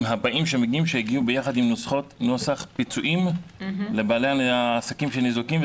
הבאים שמגיעים שיגיעו ביחד עם נוסח פיצויים לבעלי העסקים שניזוקים.